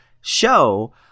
Show